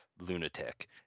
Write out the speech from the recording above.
lunatic